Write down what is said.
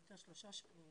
זה יוצא 3 שבועות.